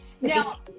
Now